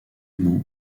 mans